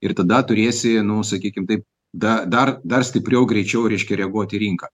ir tada turėsi nu sakykim taip da dar dar stipriau greičiau reiškia reaguoti į rinką